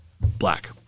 black